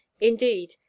indeed